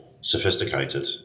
sophisticated